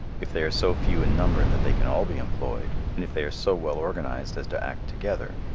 if they are so few in number that they can all be employed, and if they are so well organized as to act together,